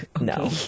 No